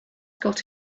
got